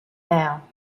now